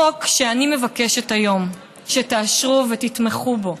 החוק שאני מבקשת היום שתאשרו ותתמכו בו,